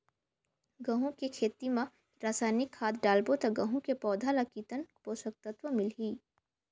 गंहू के खेती मां रसायनिक खाद डालबो ता गंहू के पौधा ला कितन पोषक तत्व मिलही?